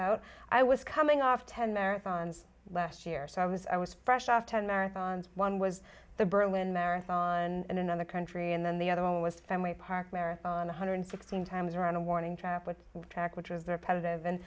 out i was coming off ten marathons last year so i was i was fresh off ten marathons one was the berlin marathon in another country and then the other one was fenway park marathon one hundred sixteen times around a warning trap with track which was the repetitive and